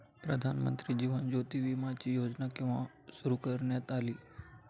प्रधानमंत्री जीवन ज्योती विमाची योजना केव्हा सुरू करण्यात आली?